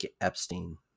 Epstein